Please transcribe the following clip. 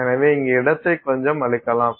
எனவே இங்கே இடத்தை கொஞ்சம் அழிக்கலாம்